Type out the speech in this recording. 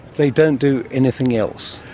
they don't do anything else?